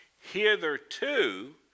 Hitherto